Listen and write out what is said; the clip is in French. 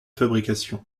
fabrication